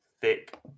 thick